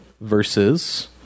versus